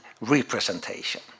representation